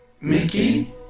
Mickey